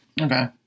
okay